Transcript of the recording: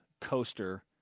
coaster